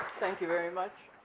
thank you very much.